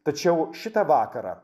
tačiau šitą vakarą